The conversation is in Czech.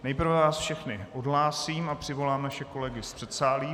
Nejprve vás všechny odhlásím a přivolám naše kolegy z předsálí.